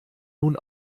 nun